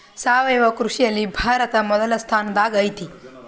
ಸಾವಯವ ಕೃಷಿಯಲ್ಲಿ ಭಾರತ ಮೊದಲ ಸ್ಥಾನದಾಗ್ ಐತಿ